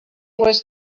was